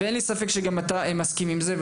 ואין לי ספק שגם אתה מסכים עם זה.